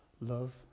love